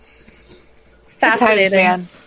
Fascinating